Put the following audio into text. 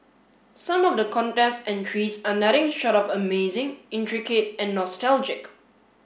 some of the contest entries are nothing short of amazing intricate and nostalgic